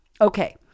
Okay